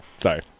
Sorry